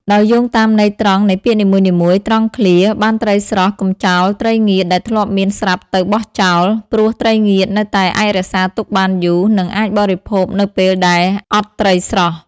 ដោយយោងតាមន័យត្រង់នៃពាក្យនីមួយៗ ត្រង់ឃ្លា បានត្រីស្រស់ កុំចោលត្រីងៀតដែលធ្លាប់មានស្រាប់ទៅបោះចោល ព្រោះត្រីងៀតនៅតែអាចរក្សាទុកបានយូរ និងអាចបរិភោគនៅពេលដែលអត់ត្រីស្រស់។